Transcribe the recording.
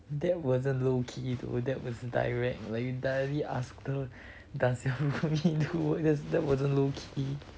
that wasn't low key to adapt with the direct like you directly ask her does your roomie do work that that wasn't low key